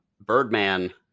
Birdman